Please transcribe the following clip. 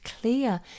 clear